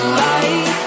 light